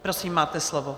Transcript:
Prosím, máte slovo.